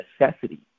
necessity